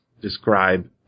describe